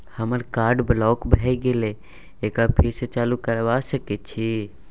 हमर card block भ गेले एकरा फेर स चालू करबा सके छि?